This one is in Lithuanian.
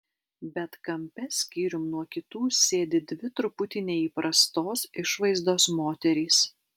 bet kampe skyrium nuo kitų sėdi dvi truputį neįprastos išvaizdos moterys